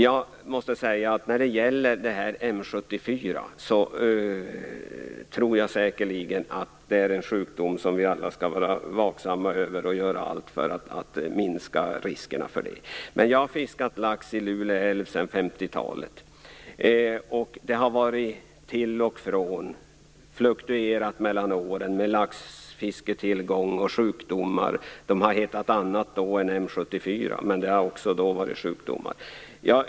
Jag tror säkerligen att M74 är en sjukdom som vi alla skall vara vaksamma över och att vi skall göra allt för minska riskerna för den. Jag har fiskat lax i Luleälven sedan 50-talet, och laxfisketillgången och sjukdomarna har fluktuerat mellan åren. Sjukdomarna har tidigare haft andra namn än M74, men det har också tidigare funnits sjukdomar.